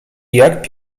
jak